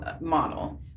model